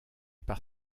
par